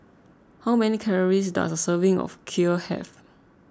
how many calories does a serving of Kheer have